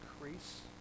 increase